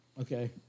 Okay